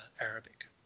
Arabic